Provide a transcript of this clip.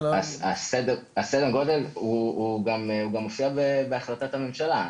גם מופיע בהחלטת הממשלה.